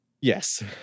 Yes